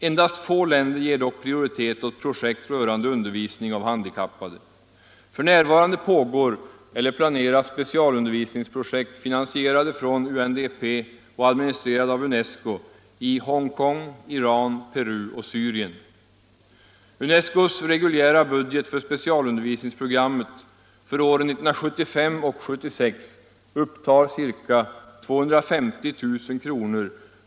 Endast få länder ger dock prioritet åt projekt rörande undervisning av handikappade. För närvarande pågår eller planeras specialundervisningsprojekt, finansierade från UNDP och administrerade av UNESCO, i Hongkong, Iran, Peru och Syrien. UNESCO:s reguljära budget för specialundervisningsprogrammet för åren 1975 och 1976 upptar ca 250 000 kr.